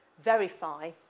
verify